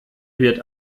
wird